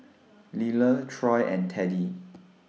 Liller Troy and Teddie